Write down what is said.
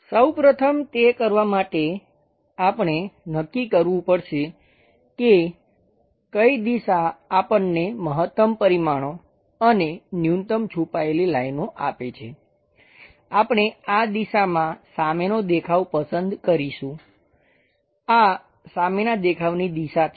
સૌ પ્રથમ તે કરવા માટે આપણે નક્કી કરવું પડશે કે કઈ દિશા આપણને મહત્તમ પરિમાણો અને ન્યૂનતમ છુપાયેલી લાઈનો આપે છે આપણે આ દિશામાં સામેનો દેખાવ પસંદ કરીશું આ સામેનાં દેખાવની દિશા છે